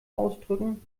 ausdrücken